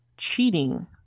cheating